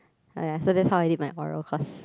aiyah so that's how I did my oral course